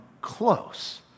close